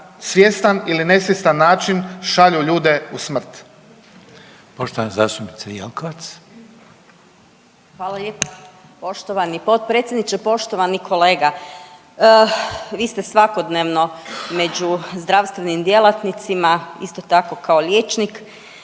svjestan ili ne svjestan način šalju ljude u smrt.